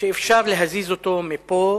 שאפשר להזיז אותו מפה